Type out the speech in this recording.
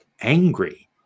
angry